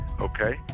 Okay